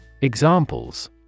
Examples